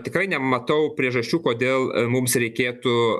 tikrai nematau priežasčių kodėl mums reikėtų